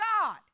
God